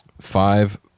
five